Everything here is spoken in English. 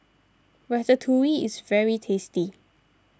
Ratatouille is very tasty